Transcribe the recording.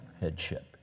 headship